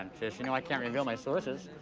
um and and i can't reveal my sources.